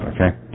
Okay